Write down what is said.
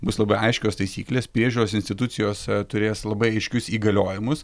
bus labai aiškios taisyklės priežiūros institucijose turės labai aiškius įgaliojimus